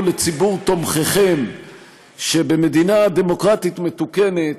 לציבור תומכיכם שבמדינה דמוקרטית מתוקנת